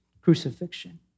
crucifixion